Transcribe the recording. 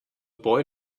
boy